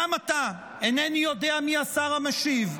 גם עתה אינני יודע מי השר המשיב.